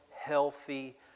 healthy